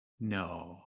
No